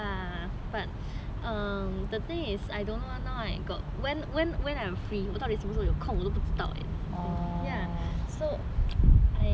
um the thing is I don't know lah now I got when when when I am free 我到底什么时候有空我都不知道 eh so I need to consider